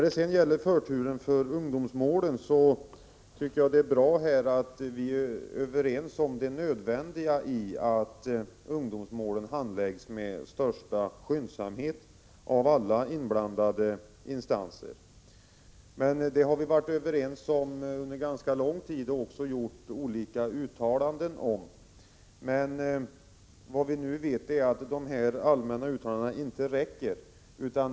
Beträffande förtur för ungdomsmålen tycker vi det är bra att vi är överens om det nödvändiga i att ungdomsmålen handläggs med största skyndsamhet av alla inblandade instanser. Det har vi varit överens om ganska lång tid och också gjort olika uttalanden om. Men vi vet nu att dessa allmänna uttalanden inte räcker.